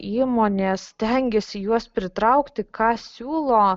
įmonės stengiasi juos pritraukti ką siūlo